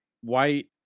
white